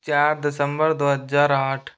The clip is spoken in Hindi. चार दिसंबर दो हज़ार आठ